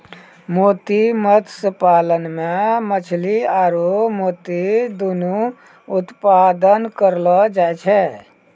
मोती मत्स्य पालन मे मछली आरु मोती दुनु उत्पादन करलो जाय छै